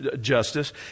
justice